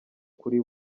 kuri